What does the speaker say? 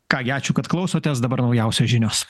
ką gi ačiū kad klausotės dabar naujausios žinios